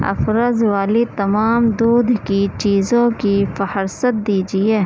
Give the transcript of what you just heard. افرز والی تمام دودھ کی چیزوں کی فہرست دیجیے